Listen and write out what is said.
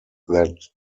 that